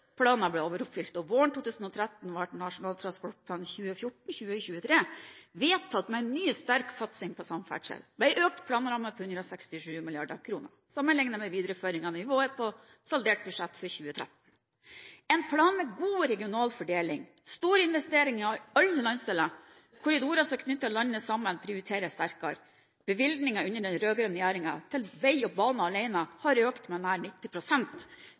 transportplaner ble overoppfylt, og våren 2013 ble Nasjonal transportplan 2014–2023 vedtatt – med en ny sterk satsing på samferdsel, og en økt planramme på l67 mrd. kr, sammenlignet med en videreføring av nivået på saldert budsjett for 2013 – en plan med god regional fordeling og store investeringer i alle landsdeler. Korridorer som knytter landet sammen, prioriteres sterkere. Bevilgningene under den rød-grønne regjeringen til vei og bane har alene økt med nær